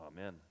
Amen